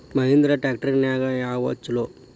Mahindra tractor ನ್ಯಾಗ ಯಾವ್ದ ಛಲೋ?